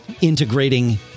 integrating